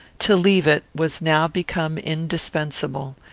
to leave it was now become indispensable,